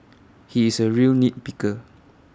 he is A real nit picker